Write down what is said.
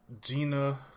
Gina